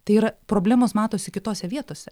tai yra problemos matosi kitose vietose